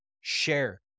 share